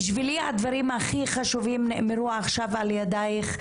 בשבילי הדברים הכי חשובים נאמרו עכשיו על ידיך.